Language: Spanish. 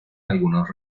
algunos